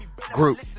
Group